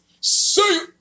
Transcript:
See